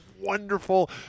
wonderful